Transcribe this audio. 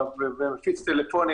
ומפיץ טלפונים.